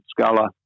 scholar